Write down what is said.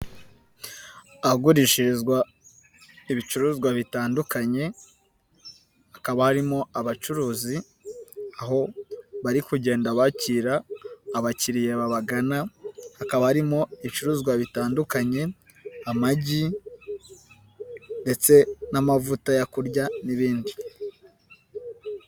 Ahagurishirizwa ibicuruzwa bitandukanye hakaba harimo abacuruzi aho bari kugenda bakira abakiriya babagana, hakaba harimo ibicuruzwa bitandukanye, amagi ndetse n'amavuta yo kurya n'ibindi.